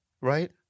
Right